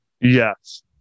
Yes